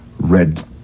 red